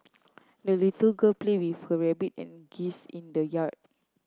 the little girl played with her rabbit and geese in the yard